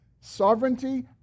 sovereignty